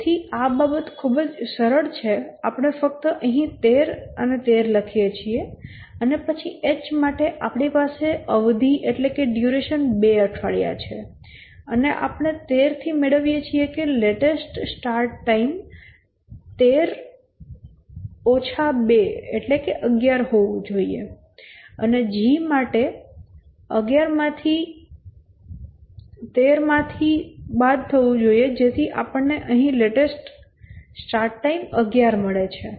તેથી આ અહીં આપણે ફક્ત 13 લખીએ છીએ અને આપણી પાસે અવધિ 2 અઠવાડિયા ની છે તેથી અહીં લેટેસ્ટ સ્ટાર્ટ ટાઈમ 13 2 એટલે કે 11 હોવો જોઈએ અને અહીં તે 10 નો મળે છે